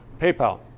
PayPal